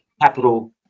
capital